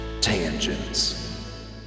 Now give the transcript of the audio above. Tangents